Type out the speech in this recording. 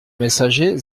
messager